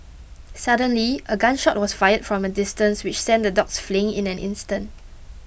suddenly a gun shot was fired from a distance which sent the dogs fleeing in an instant